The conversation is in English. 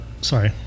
Sorry